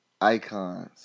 icons